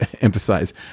emphasize